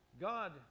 God